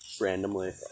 randomly